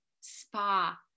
Spa